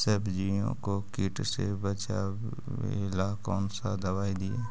सब्जियों को किट से बचाबेला कौन सा दबाई दीए?